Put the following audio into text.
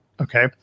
okay